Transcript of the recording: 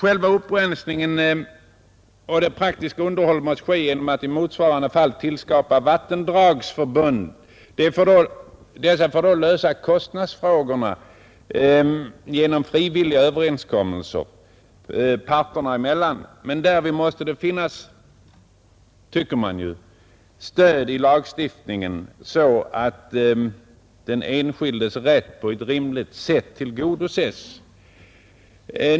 Själva upprensningen och det praktiska underhållet måste ske genom att i motsvarande fall tillskapa vattendragsförbund. Dessa får då lösa kostnadsfrågorna genom frivilliga överenskommelser parterna emellan, men därvid måste det finnas stöd i lagstiftningen, så att den enskildes rätt på ett rimligt sätt tillgodoses.